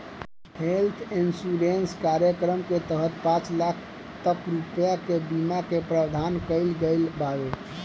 health insurance कार्यक्रम के तहत पांच लाख तक रुपिया के बीमा के प्रावधान कईल गईल बावे